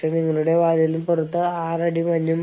അല്ലെങ്കിൽ ഇനി സുരക്ഷിതമല്ല